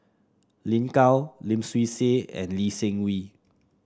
Lin Gao Lim Swee Say and Lee Seng Wee